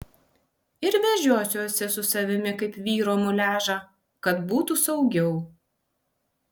ir vežiosiuosi su savimi kaip vyro muliažą kad būtų saugiau